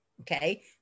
okay